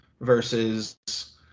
versus